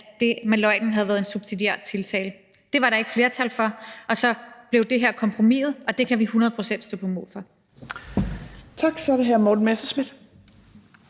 at det med løgnen havde været en subsidiær tiltale. Det var der ikke flertal for, og så blev det her kompromiset, og det kan vi hundrede procent stå